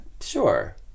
Sure